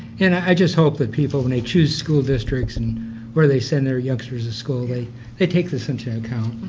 and i just hope that people when they choose school districts and where they send their youngsters to school, they they take this into account.